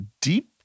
deep